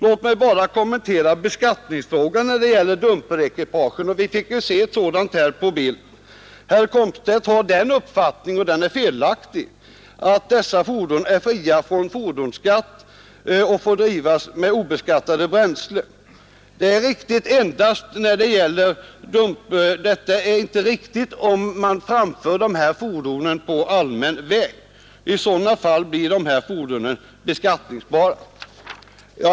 Låt mig bara kommentera beskattningsfrågan när det gäller dumperekipagen; vi fick ju se ett sådant här på TV-skärmen. Herr Komstedt har den uppfattningen — och den är felaktig — att dessa fordon är fria från fordonsskatt och får drivas med obeskattat bränsle. Detta är inte riktigt om man framför de här fordonen på allmän väg; i sådana fall blir de beskattningsbara.